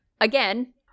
again